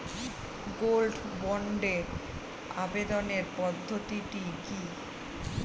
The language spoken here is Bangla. গোল্ড বন্ডে আবেদনের পদ্ধতিটি কি?